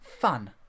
Fun